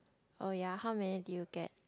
oh ya how many did you get